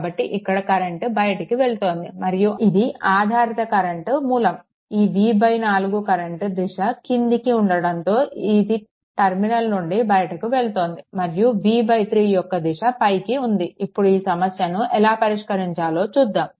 కాబట్టి ఇక్కడ కరెంట్ బయటికి వెళ్తోంది మరియు ఇది ఆధారిత కరెంట్ వనరు ఈ v4 కరెంట్ దిశ క్రిందికి ఉండటంతో ఇది టర్మినల్ నుండి బయటకు వెళ్తోంది మరియు v3 యొక్క దిశ పైకి ఉంది ఇప్పుడు ఈ సమస్యను ఎలా పరిష్కరించాలో చూద్దాము